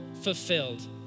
fulfilled